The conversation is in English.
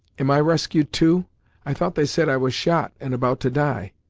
am i rescued, too i thought they said i was shot, and about to die.